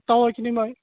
توے کِنۍ ییٚمہِ آے